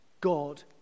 God